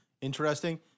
interesting